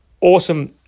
awesome